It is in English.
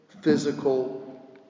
physical